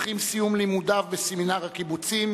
אך עם סיום לימודיו בסמינר הקיבוצים